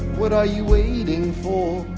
what are you waiting